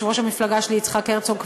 יושב-ראש המפלגה שלי יצחק הרצוג,